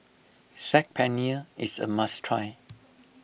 Saag Paneer is a must try